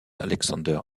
alexander